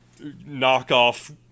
knockoff